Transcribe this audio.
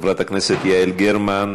חברת הכנסת יעל גרמן,